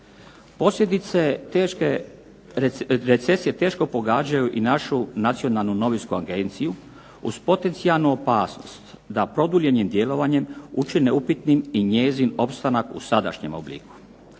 Posljedice recesije teško pogađaju i našu nacionalnu novinsku agenciju uz potencijalnu opasnost da produljenim djelovanjem učine upitnim i njezin opstanak u sadašnjem obliku.